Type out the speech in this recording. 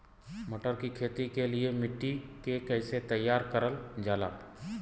मटर की खेती के लिए मिट्टी के कैसे तैयार करल जाला?